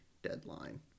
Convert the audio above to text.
Deadline